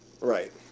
right